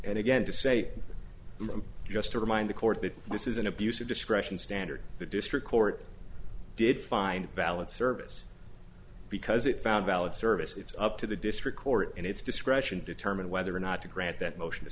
and again to say i'm just to remind the court that this is an abuse of discretion standard the district court did find valid service because it found valid service it's up to the district court and its discretion to determine whether or not to grant that motion to